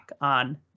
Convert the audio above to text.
on